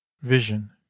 Vision